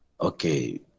okay